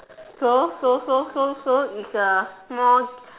so so so so so it's a small